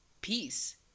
peace